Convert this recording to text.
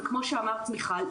וכמו שאמרת מיכל,